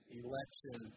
election